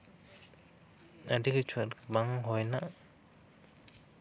ᱟᱹᱰᱤ ᱠᱤᱪᱷᱩ ᱟᱨᱠᱤ ᱵᱟᱝ ᱦᱩᱭ ᱨᱮᱱᱟᱜ